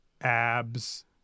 abs